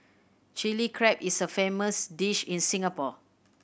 Chilli Crab is a famous dish in Singapore